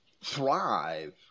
thrive